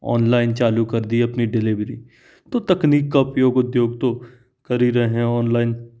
online चालू कर दी अपनी डिलीवरी तो तकनीक का उपयोग उद्योग तो कर ही रहे हैं ऑनलाइन